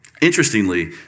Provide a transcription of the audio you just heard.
Interestingly